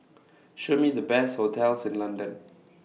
Show Me The Best hotels in London